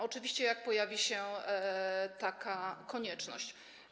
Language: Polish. Oczywiście jak pojawi się taka konieczność.